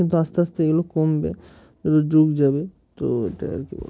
কিন্তু আস্তে আস্তে এগুলো কমবে যুগ যাবে তো এটাই আর কি বল